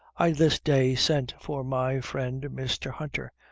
i this day sent for my friend, mr. hunter,